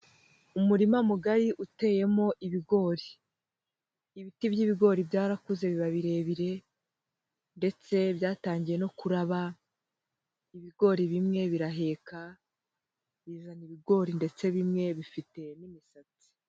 Umurima mugari uteyemo ibigori, ibiti by'ibigori byarakuze biba birebire ndetse byatangiye no kuraba, ibigori bimwe biraheka, bizana ibigori ndetse bimwe bifite n'imisatsi.